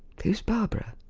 who's barbara?